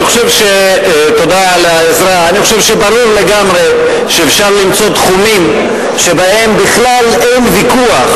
אני חושב שברור לגמרי שאפשר למצוא תחומים שבהם בכלל אין ויכוח,